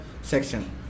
section